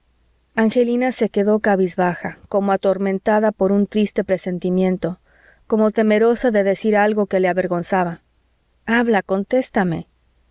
angelina se quedó cabizbaja como atormentada por un triste presentimiento como temerosa de decir algo que la avergonzaba habla contéstame